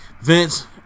Vince